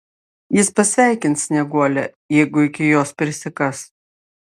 jis pasveikins snieguolę jeigu iki jos prisikas